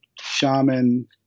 shaman